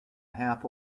half